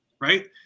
right